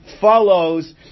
follows